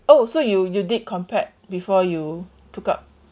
oh so you you did compared before you took up